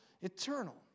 eternal